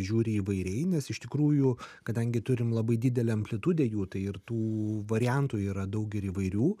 žiūri įvairiai nes iš tikrųjų kadangi turim labai didelę amplitudę jų tai ir tų variantų yra daug ir įvairių